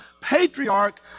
patriarch